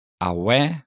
Awe